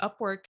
Upwork